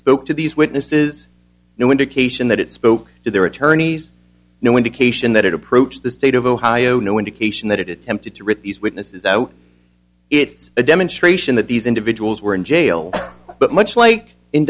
spoke to these witnesses no indication that it spoke to their attorneys no indication that it approached the state of ohio no indication that it tempted to rip these witnesses out it's a demonstration that these individuals were in jail but much like in